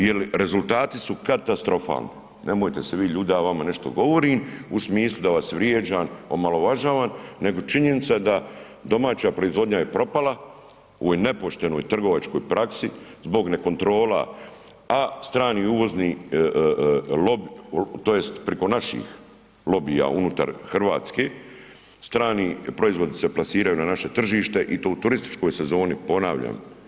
Jel rezultati su katastrofalni, nemojte se vi ljutiti da ja vama nešto govorim u smislu da vas vrijeđam, omalovažavam nego je činjenica da je domaća proizvodnja propala u nepoštenoj trgovačkoj praksi zbog ne kontrola, a strani uvozni tj. preko naših lobija unutar Hrvatske, strani proizvodi se plasiraju na naše tržište u to u turističkoj sezoni, ponavljam.